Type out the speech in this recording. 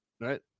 Right